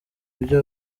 ibyo